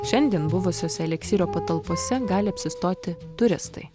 šiandien buvusiose eliksyro patalpose gali apsistoti turistai